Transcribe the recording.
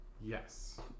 Yes